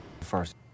First